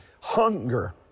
hunger